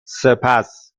سپس